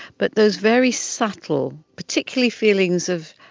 but those very subtle, particularly feelings of,